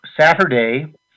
Saturday